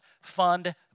fund